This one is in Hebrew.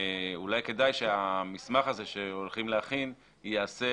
אולי כדאי שהמסמך הזה שהולכים להכין ייעשה